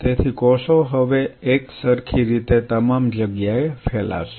તેથી કોષો હવે એકસરખી રીતે તમામ જગ્યાએ ફેલાશે